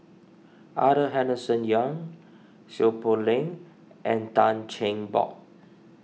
Arthur Henderson Young Seow Poh Leng and Tan Cheng Bock